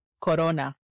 corona